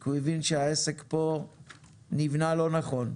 כי הוא הבין שהעסק פה נבנה לא נכון.